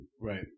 Right